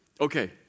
Okay